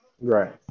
Right